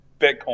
Bitcoin